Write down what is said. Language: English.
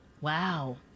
Wow